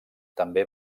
també